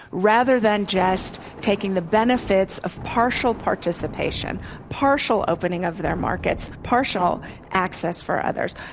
rather than just taking the benefits of partial participation partial opening of their markets, partial access for others